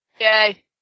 Yay